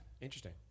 Interesting